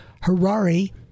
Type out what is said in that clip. Harari